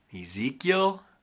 Ezekiel